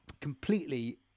completely